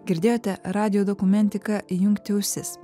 girdėjote radijo dokumentiką įjungti ausis